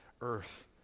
earth